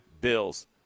Bills